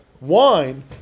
Wine